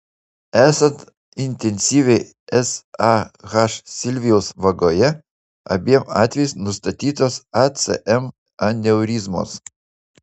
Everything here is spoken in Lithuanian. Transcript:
esant intensyviai sah silvijaus vagoje abiem atvejais nustatytos acm aneurizmos